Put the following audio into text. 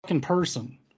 person